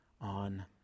on